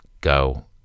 go